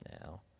now